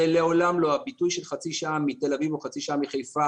זה לעולם לא הביטוי של חצי שעה מתל אביב או חצי שעה מחיפה,